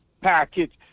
package